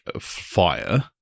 fire